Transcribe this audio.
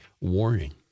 warning